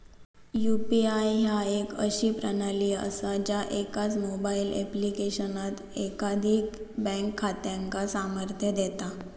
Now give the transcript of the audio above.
UPI ह्या एक अशी प्रणाली असा ज्या एकाच मोबाईल ऍप्लिकेशनात एकाधिक बँक खात्यांका सामर्थ्य देता